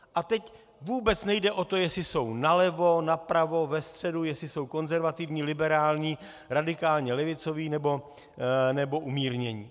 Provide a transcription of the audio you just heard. A teď vůbec nejde o to, jestli jsou nalevo, napravo, ve středu, jestli jsou konzervativní, liberální, radikální, levicoví nebo umírnění.